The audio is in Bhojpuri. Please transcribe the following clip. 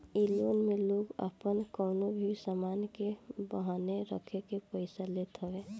इ लोन में लोग आपन कवनो भी सामान के बान्हे रखके पईसा लेत हवे